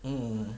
mm